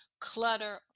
clutter